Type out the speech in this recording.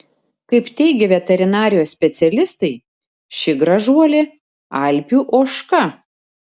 kaip teigė veterinarijos specialistai ši gražuolė alpių ožka